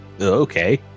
Okay